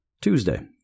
Tuesday